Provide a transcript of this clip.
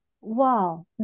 Wow